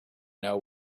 know